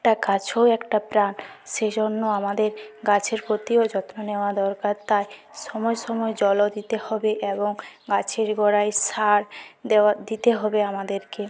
একটা গাছও একটা প্রাণ সে জন্য আমাদের গাছের প্রতিও যত্ন নেওয়া দরকার তাই সময় সময় জলও দিতে হবে এবং গাছের গোড়ায় সার দেওয়া দিতে হবে আমাদেরকে